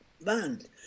band